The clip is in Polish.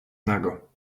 nago